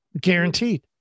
Guaranteed